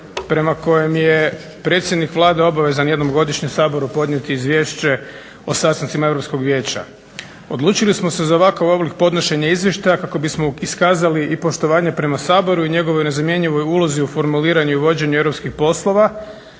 prema kojem je predsjednik Vlade obavezan jednom godišnje Saboru podnijeti izvješće o sastancima Europskog vijeća. Odlučili smo se za ovakav oblik podnošenja izvještaja kako bismo iskazali i poštovanje prema Saboru i njegovoj nezamjenjivoj ulozi u formuliranju i vođenju europskih poslova